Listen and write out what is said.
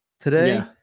today